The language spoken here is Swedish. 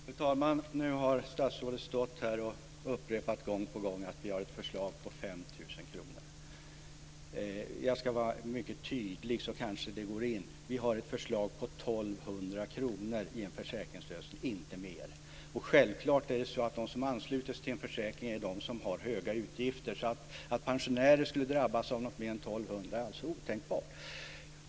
Fru talman! Nu har statsrådet stått här och upprepat gång på gång att vi har ett förslag på 5 000 kr. Jag ska vara mycket tydlig, så kanske det går in: Vi har ett förslag på 1 200 kr i en försäkringslösning, inte mer. Självklart är det så att de som ansluter sig till en försäkring är de som har höga utgifter, så att pensionärer skulle drabbas av något mer än 1 200 kr är alltså otänkbart.